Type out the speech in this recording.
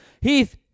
Heath